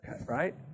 Right